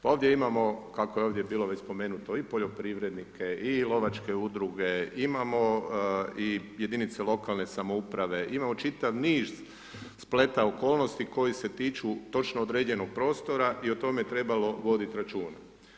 Pa ovdje imamo kako je ovdje već spomenuto, i poljoprivrednike i lovačke udruge, imamo i jedinice lokalne samouprave, imamo čitav niz spleta okolnosti koji se tiču točno određenog prostora i o tome trebamo voditi računa.